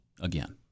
Again